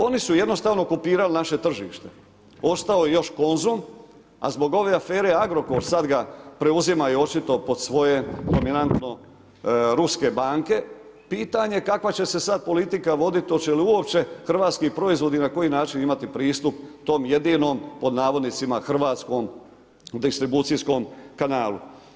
Oni su jednostavno kopirali naše tržište, ostao je još Konzum, a zbog ove afere Agrokor sada ga preuzimaju očito pod svoje dominantno ruske banke, pitanje kakva će se sada politika voditi, hoće li uopće hrvatski proizvodi i na koji način imati pristup tom jedinom „hrvatskom“ distribucijskom kanalu.